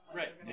right